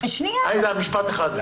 משפט אחרון.